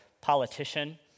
politician